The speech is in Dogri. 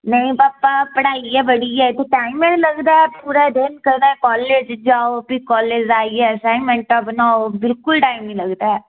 नेईं पापा पढ़ाई गै बड़ी ऐ इत्थै टाइम नि लगदा पूरा दिन कदें कालेज जाओ फ्ही कालेज दा आइयै असाइनमेंटा बनाओ बिलकुल टाइम नि लगदा ऐ